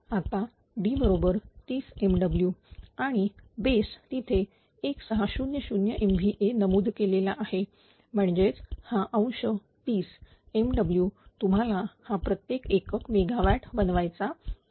आता D बरोबर 30 MW आणि बेस् तिथे 1600 MVA नमूद केलेला आहे म्हणजेच हा अंश 30 MW तुम्हाला हा प्रत्येक एकक मेगावॅट बनवायचा आहे